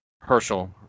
Herschel